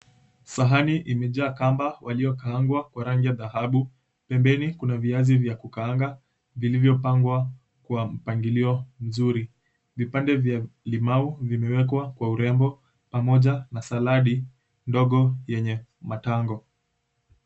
Sahani imejaa kamba waliokaangwa kwa rangi ya dhahabu pembeni kuna viazi vya kukaanga vilivyopangwa kwa mpangilio mzuri. Vipande vya limau vimewekwa kwa urembo pamoja na salad ndogo yenye matango.